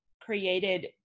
created